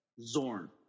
Zorn